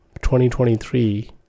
2023